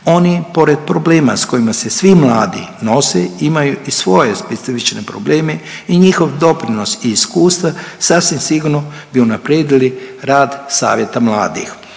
Oni pored problema sa kojima se svi mladi nose imaju i svoje specifične probleme i njihov doprinos i iskustvo sasvim sigurno bi unaprijedili rad savjeta mladih.